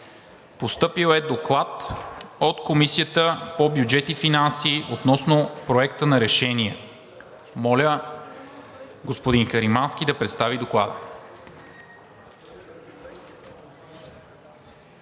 Постъпил е Доклад от Комисията по бюджет и финанси относно Проекта на решение. Моля господин Каримански да представи Доклада.